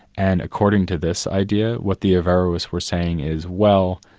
and according to this idea what the averroists were saying is, well,